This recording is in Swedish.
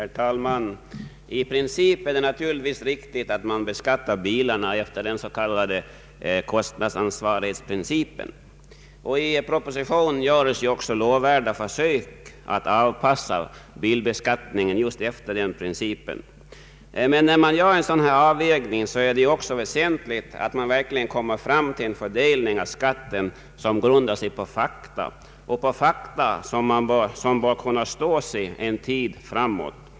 Herr talman! I princip är det naturligtvis riktigt att beskatta bilarna efter den s.k. kostnadsansvarighetsprincipen. I propositionen görs också lovvärda försök att anpassa bilskatten just efter den principen. Vid en sådan avvägning är det emellertid väsentligt att verkligen komma fram till en fördelning av skatten som grundar sig på fakta — och på fakta som bör kunna stå sig en tid framåt.